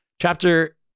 Chapter